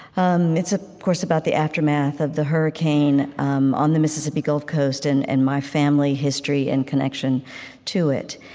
um it's, of ah course, about the aftermath of the hurricane um on the mississippi gulf coast and and my family history and connection to it.